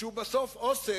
שהוא בסופו של דבר אוסף